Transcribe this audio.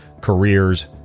careers